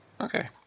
okay